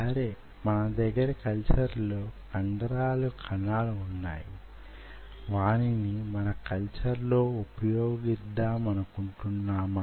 సరే మన దగ్గర కల్చర్ లో కండరాల కణాలు వున్నాయి వానిని మన కల్చర్ లొ ఉపయోగిద్దామనుకుంటున్నామా